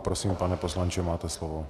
Prosím, pane poslanče, máte slovo.